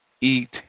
eat